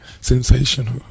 Sensational